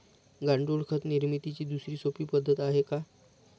गांडूळ खत निर्मितीची दुसरी सोपी पद्धत आहे का?